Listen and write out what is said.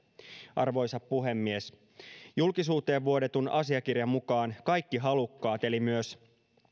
arvoisa puhemies julkisuuteen vuodetun asiakirjan mukaan kaikki halukkaat eli myös